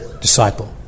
disciple